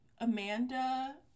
Amanda